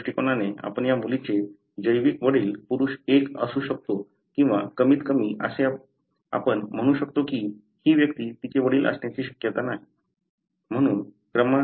या दृष्टिकोनाने आपण या मुलीचे जैविक वडिल पुरुष 1 असू शकतो किंवा कमीतकमी आपण असे म्हणू शकतो की ही व्यक्ती तिचे वडील असण्याची शक्यता नाही